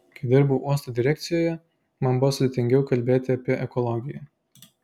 kai dirbau uosto direkcijoje man buvo sudėtingiau kalbėti apie ekologiją